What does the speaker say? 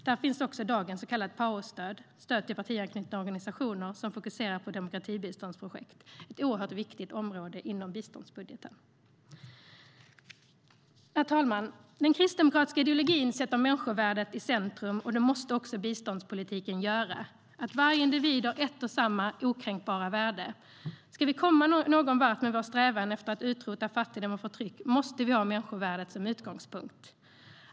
Där finns också dagens så kallade PAO-stöd, alltså stöd till partianknutna organisationer som fokuserar på demokratibiståndsprojekt. Det är ett oerhört viktigt område inom biståndsbudgeten. Herr talman! Den kristdemokratiska ideologin sätter människovärdet i centrum, och det måste också biståndspolitiken göra. Varje individ har ett och samma okränkbara värde. Ska vi komma någon vart med vår strävan efter att utrota fattigdom och förtryck måste vi ha människovärdet som utgångspunkt.